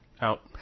Out